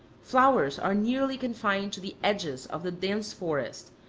flowers are nearly confined to the edges of the dense forest,